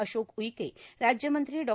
अशोक उईके राज्यमंत्री डॉ